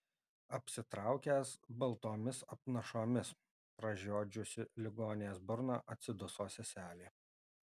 apsitraukęs baltomis apnašomis pražiodžiusi ligonės burną atsiduso seselė